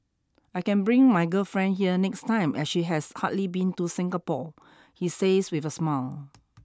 I can bring my girlfriend here next time as she has hardly been to Singapore he says with a smile